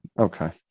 Okay